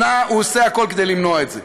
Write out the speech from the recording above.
שנה הוא עושה הכול כדי למנוע את זה,